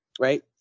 right